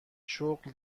شغل